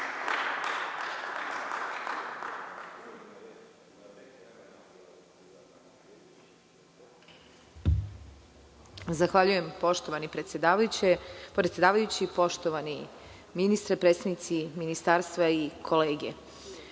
Miljević** Poštovani predsedavajući, poštovani ministre, predstavnici ministarstva i kolege,